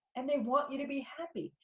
and they want you to be happy.